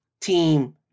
team